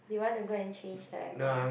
you want to go and change the air con